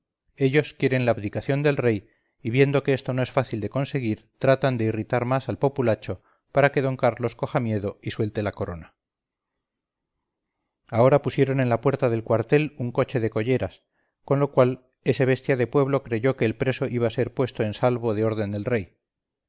ellos quieren la abdicación del rey y viendo que esto no es fácil de conseguir tratan de irritar más al populacho para que d carlos coja miedo y suelte la corona ahora pusieron en la puerta del cuartel un coche de colleras con lo cual esebestia de pueblo creyó que el preso iba a ser puesto en salvo de orden del rey